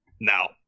now